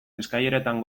eskaileretan